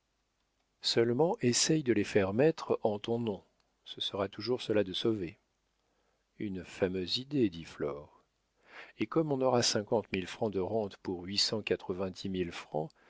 seulement essaie de les faire mettre en ton nom ce sera toujours cela de sauvé une fameuse idée dit flore et comme on aura cinquante mille francs de rentes pour huit cent